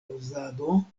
uzado